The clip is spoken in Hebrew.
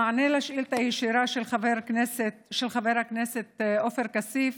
במענה על שאילתה ישירה של חבר הכנסת עופר כסיף